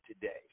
today